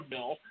Bill